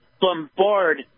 bombard